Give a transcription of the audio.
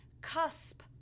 cusp